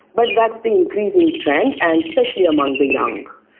but that's the increasing trend, and especially among the young.